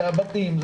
זה הבתים,